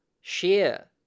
share